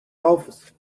office